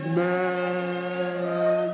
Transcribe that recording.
man